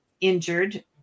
injured